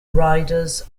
riders